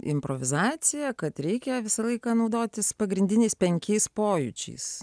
improvizacija kad reikia visą laiką naudotis pagrindiniais penkiais pojūčiais